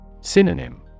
Synonym